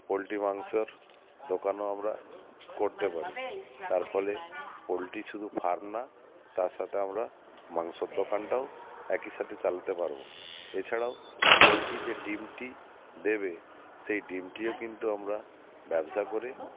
poultry মাংসর দোকানও আমরা করতে পারি তার ফলে পোলট্রি শুধু ফার্ম না তার সাথে আমরা মাংসর দোকানটাও একই সাথে চালাতে পারবো এছাড়াও পোলট্রি যে ডিমটি দেবে সেই ডিমটিও কিন্তু আমরা ব্যবসা করে